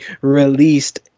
released